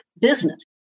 business